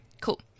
cool